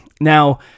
Now